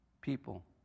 people